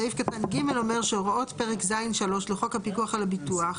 (ג) הוראות פרק ז'3 לחוק הפיקוח על הביטוח,